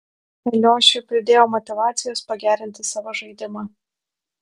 eliošiui pridėjo motyvacijos pagerinti savo žaidimą